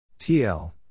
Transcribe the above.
TL